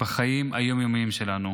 בחיים היום-יומיים שלנו.